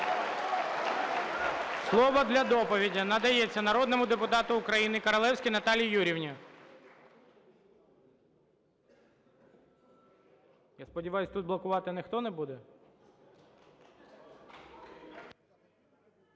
Слово для доповіді надається народному депутату України Королевській Наталії Юріївні. Я сподіваюся, тут блокувати ніхто не буде?